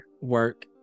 work